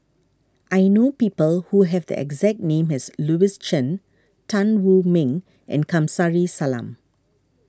I know people who have the exact name as Louis Chen Tan Wu Meng and Kamsari Salam